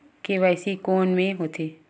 KYC कोन में होथे?